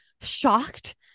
shocked